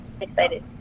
excited